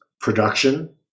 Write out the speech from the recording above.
production